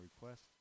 request